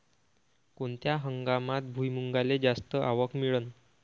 कोनत्या हंगामात भुईमुंगाले जास्त आवक मिळन?